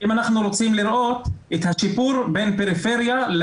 אם אנחנו רוצים לראות את השיפור בין פריפריה,